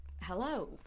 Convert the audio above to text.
hello